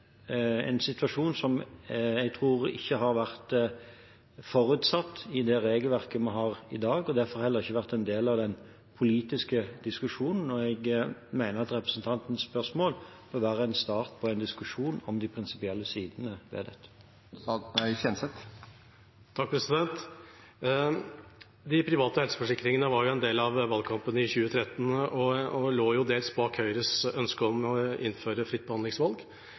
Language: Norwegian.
en situasjon som jeg tror ikke har vært forutsatt i det regelverket vi har i dag, og har derfor heller ikke vært en del av den politiske diskusjonen. Jeg mener at representantens spørsmål bør være starten på en diskusjon om de prinsipielle sidene ved dette. De private helseforsikringene var en del av valgkampen i 2013 og lå dels bak Høyres ønske om å innføre fritt behandlingsvalg